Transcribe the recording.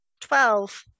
Twelve